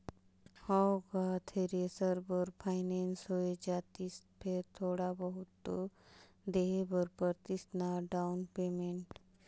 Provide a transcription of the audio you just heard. हव गा थेरेसर बर फाइनेंस होए जातिस फेर थोड़ा बहुत तो देहे बर परतिस ना डाउन पेमेंट